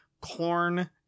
corn